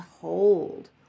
hold